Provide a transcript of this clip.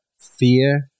fear